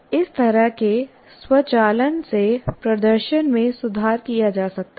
इस तरह के स्वचालन से प्रदर्शन में सुधार किया जा सकता है